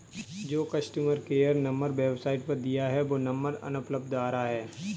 जो customer care number website पर दिया है वो नंबर अनुपलब्ध आ रहा है